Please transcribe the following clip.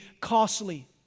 costly